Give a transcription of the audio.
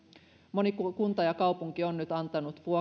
moni kunta ja kaupunki on nyt antanut